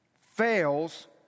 fails